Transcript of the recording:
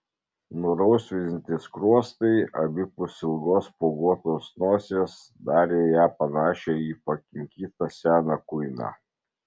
nurausvinti skruostai abipus ilgos spuoguotos nosies darė ją panašią į pakinkytą seną kuiną